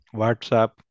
WhatsApp